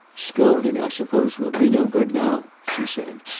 scolding i suppose will be no good now, she said.